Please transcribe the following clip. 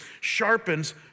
sharpens